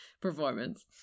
performance